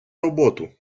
роботу